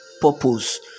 purpose